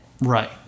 Right